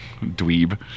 Dweeb